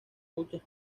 muchas